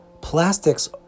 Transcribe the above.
Plastics